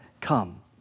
come